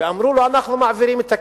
ואמרו לו: אנחנו מעבירים את הכסף.